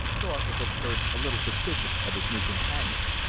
thorpe was at first a little suspicious of his new companion,